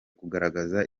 kugaragaza